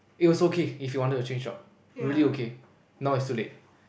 it was okay if he wanted to change job really okay now it's too late